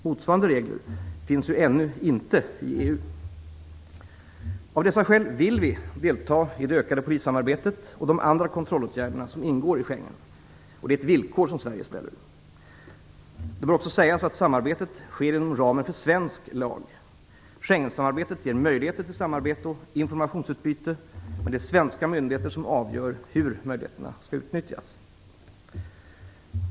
Motsvarande regler finns inte ännu inom Av dessa skäl vill vi delta i det ökade polissamarbetet och de övriga kontrollåtgärder som ingår i Schengensamarbetet. Det är ett villkor som Sverige ställer. Det bör också sägas att samarbetet sker inom ramen för svensk lag. Schengensamarbetet ger möjligheter till samarbete och informationsutbyte, men det är svenska myndigheter som avgör hur möjligheterna skall utnyttjas.